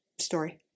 story